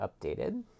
updated